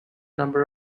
number